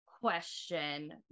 question